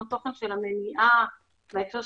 יש תוכניות מניעה של